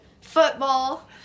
football